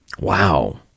Wow